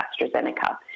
AstraZeneca